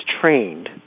trained